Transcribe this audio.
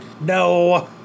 No